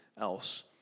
else